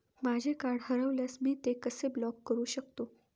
माझे कार्ड हरवल्यास मी ते कसे ब्लॉक करु शकतो?